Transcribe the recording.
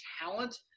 talent